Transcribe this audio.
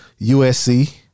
USC